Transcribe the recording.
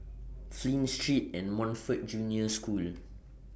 Flint Street and Montfort Junior School